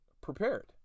prepared